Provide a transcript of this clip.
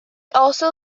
also